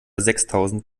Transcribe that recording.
sechstausend